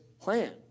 plan